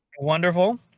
wonderful